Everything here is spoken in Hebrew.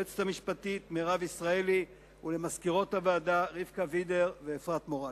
ליועצת המשפטית מירב ישראלי ולמזכירות הוועדה רבקה וידר ואפרת מורלי.